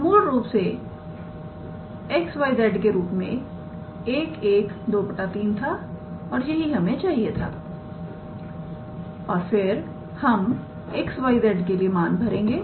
तोमूल रूप से 𝑋 𝑌 𝑍 के रूप में 11 2 3 था और यही हमें चाहिए था और फिर हम𝑋 𝑌 𝑍 के लिए मान भरेंगे